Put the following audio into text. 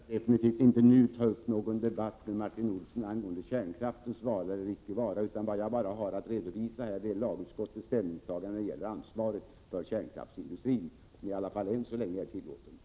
Herr talman! Jag skall definitivt inte nu ta upp någon debatt med Martin Olsson angående kärnkraftens vara eller icke vara. Vad jag har att redovisa är lagutskottets ställningstagande när det gäller ansvaret för kärnkraftsindustrin, som i varje fall än så länge är tillåten.